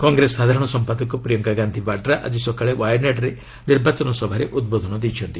କଂଗ୍ରେସ ସାଧାରଣ ସମ୍ପାଦକ ପ୍ରିୟଙ୍କା ଗାନ୍ଧି ବାଡ୍ରା ଆଙ୍କି ସକାଳେ ୱାୟାନାଡ୍ରେ ନିର୍ବାଚନ ସଭାରେ ଉଦ୍ବୋଧନ ଦେଇଛନ୍ତି